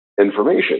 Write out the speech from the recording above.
information